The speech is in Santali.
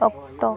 ᱚᱠᱛᱚ